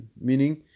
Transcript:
meaning